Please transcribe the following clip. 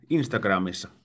Instagramissa